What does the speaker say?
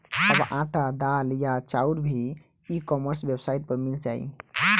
अब आटा, दाल या चाउर भी ई कॉमर्स वेबसाइट पर मिल जाइ